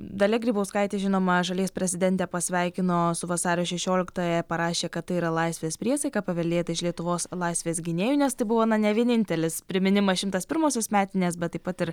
dalia grybauskaitė žinoma šalies prezidentė pasveikino su vasario šešioliktąją parašė kad tai yra laisvės priesaika paveldėta iš lietuvos laisvės gynėjų nes tai buvo na ne vienintelis priminimas šimtas pirmosios metinės bet taip pat ir